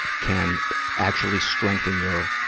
can actually strengthen your,